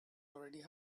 already